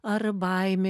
ar baimė